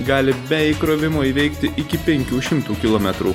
gali be įkrovimo įveikti iki penkių šimtų kilometrų